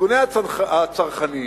ארגוני הצרכנים,